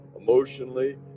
emotionally